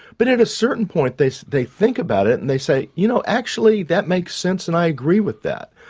but at a certain point they so they think about it and they say you know, actually that makes sense and i agree with that.